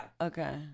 Okay